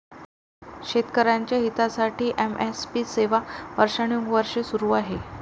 शेतकऱ्यांच्या हितासाठी एम.एस.पी सेवा वर्षानुवर्षे सुरू आहे